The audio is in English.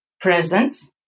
presence